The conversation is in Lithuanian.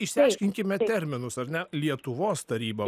išsiaiškinkime terminus ar ne lietuvos taryba